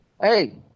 Hey